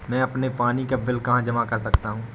मैं अपने पानी का बिल कहाँ जमा कर सकता हूँ?